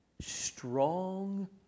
strong